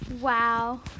Wow